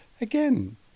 again